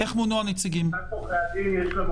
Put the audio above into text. יש להם